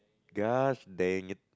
gosh dang it